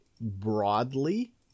broadly